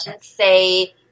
say